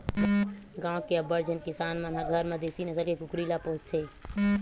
गाँव के अब्बड़ झन किसान मन ह घर म देसी नसल के कुकरी ल पोसथे